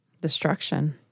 Destruction